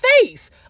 face